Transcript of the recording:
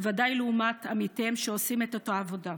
בוודאי לעומת עמיתיהם שעושים את אותה עבודה.